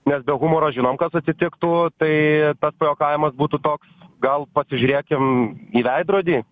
nes be humoro žinom kas atsitiktų tai tas pajuokavimas būtų toks gal pasižiūrėkim į veidrodį